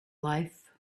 life